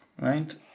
right